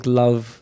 love